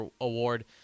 award